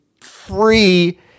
free